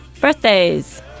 Birthdays